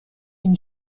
این